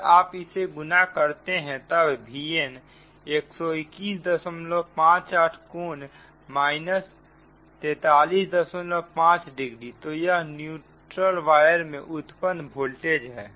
अगर आप इसे गुणा करते हैं तब Vn 12158 कोण 435 डिग्री तो यह न्यूट्रल वायर में उत्पन्न वोल्टेज है